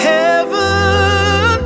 Heaven